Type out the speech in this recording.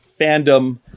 fandom